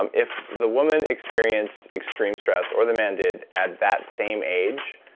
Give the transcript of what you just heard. um if the woman experienced extreme stress, or the man did, at that same age,